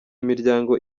imiryango